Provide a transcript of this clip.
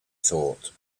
thought